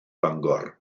fangor